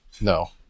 no